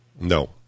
No